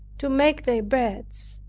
to make their beds.